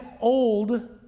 old